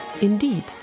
Indeed